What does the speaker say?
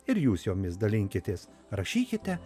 ir jūs jomis dalinkitės rašykite